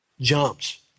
jumps